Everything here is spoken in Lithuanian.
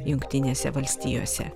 jungtinėse valstijose